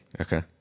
Okay